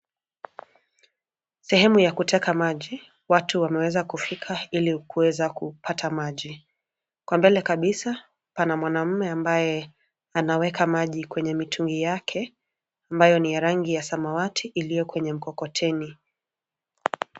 Sehemu ya kuteka maji. Watu wameweza kufika ili kuweza kupata maji. Kwa mbele kabisa pana mwanume ambaye anaweka maji kwenye mitungi yake ambayo ni ya rangi ya samawati iliyo kwenye mkokoteni.